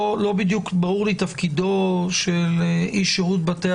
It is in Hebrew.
לא בדיוק ברור לי תפקידו של איש שירות בתי